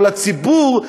או לציבור,